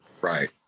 Right